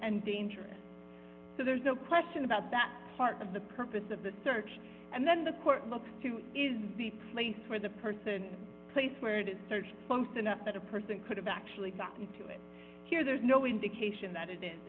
and dangerous so there's no question about that part of the purpose of the search and then the court looks to is the place where the person place where to search post and that a person could have actually gotten to it here there's no indication that it i